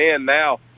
now